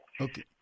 Okay